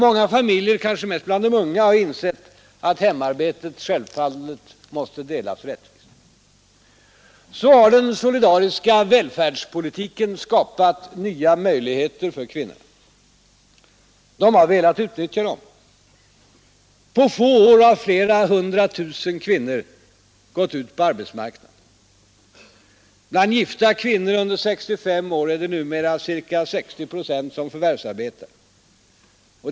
Många familjer — kanske mest bland de unga — har insett att hemarbetet självfallet måste delas rättvist. Så har den solidariska välfärdspolitiken skapat nya möjligheter för kvinnorna. De har velat utnyttja dem. På få år har flera hundra tusen kvinnor gått ut på arbetsmarknaden. Bland gifta kvinnor under 65 år är det numera ca 60 procent som förvärvsarbetar.